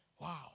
Wow